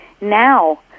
Now